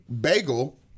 bagel